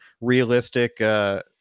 realistic –